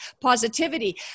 positivity